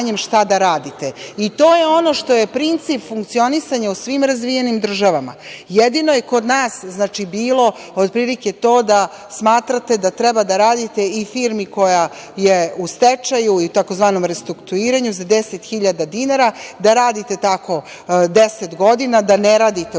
to je ono što je princip funkcionisanja u svim razvijenim državama. Jedino je kod nas bilo otprilike to da smatrate da treba da radite u firmi koja je u stečaju, tzv. restruktuiranju za 10 hiljada dinara, da radite tako 10 godina, da ne radite u stvari